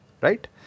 Right